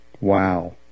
Wow